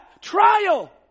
trial